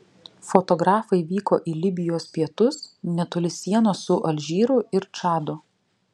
fotografai vyko į libijos pietus netoli sienos su alžyru ir čadu